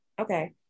Okay